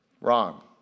Wrong